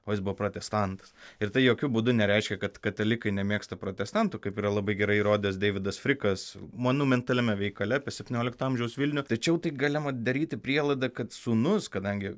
o jis buvo protestantas ir tai jokiu būdu nereiškia kad katalikai nemėgsta protestantų kaip yra labai gerai įrodęs deividas frikas monumentaliame veikale apie septyniolikto amžiaus vilnių tačiau tai galima daryti prielaidą kad sūnus kadangi